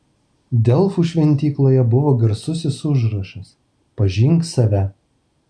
delfų šventykloje buvo garsusis užrašas pažink save